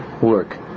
work